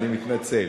אני מתנצל.